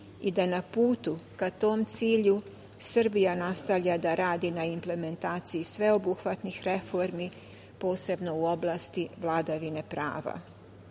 i da na putu ka tom cilju Srbija nastavlja da radi na implementaciji sveobuhvatnih reformi, posebno u oblasti vladavine prava. Jasno